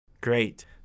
Great